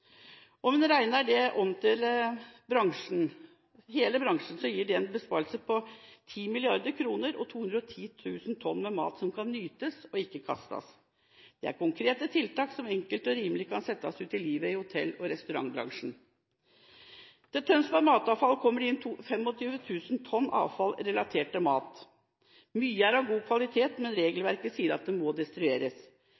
en regner dette om til hele bransjen, gir det en besparelse på 10 mrd. kr og 210 000 tonn mat som kan nytes og ikke kastes. Det er konkrete tiltak som enkelt og rimelig kan settes ut i livet i hotell- og restaurantbransjen. Til Tønsberg matavfall kommer det inn 25 000 tonn avfall relatert til mat. Mye er av god kvalitet, men